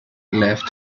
left